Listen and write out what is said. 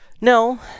No